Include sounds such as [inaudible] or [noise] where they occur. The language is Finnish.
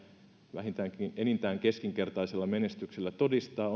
enintään keskinkertaisella menestyksellä todistaa [unintelligible]